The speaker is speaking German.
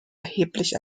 erheblich